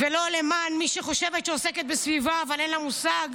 ולא למען מי שחושבת שהיא עוסקת בסביבה אבל אין לה מושג,